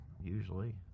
usually